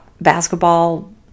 basketball